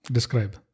Describe